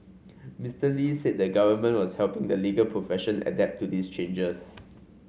Mister Lee said the government was helping the legal profession adapt to these changes